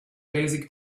basic